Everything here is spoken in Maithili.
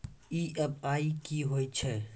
ई.एम.आई कि होय छै?